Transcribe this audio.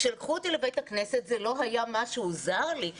כשלקחו אותי לבית הכנסת זה לא היה משהו זר לי,